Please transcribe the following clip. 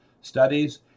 studies